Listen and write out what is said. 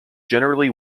generally